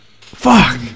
Fuck